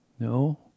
No